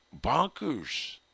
bonkers